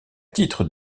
titre